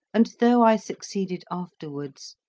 and though i succeeded afterwards,